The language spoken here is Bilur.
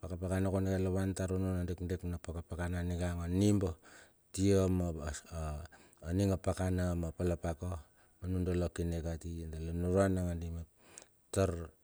Pakapakana kondika la van tar onno na dekdek pakapakana aninga a nimba tia ma aning apakana ma palapaka nundala na kine kati dala nunguran mep tar.